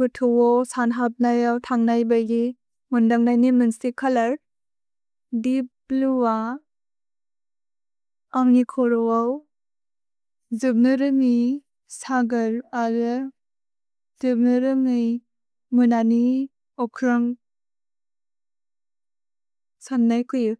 गुथु वो सन्न् हब् नै अव् थन्ग् नै बेगि। मुन्दन्ग् नै नि मिन्सि चोलोर्। दीप् ब्लुए अव्। अन्गि खुरु अव्। सुब्नेरेन्गि सगर्। गुथु सगर्। सुब्नेरेन्गि मुननि ओख्रन्ग् सन्न् नै किउ।